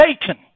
Satan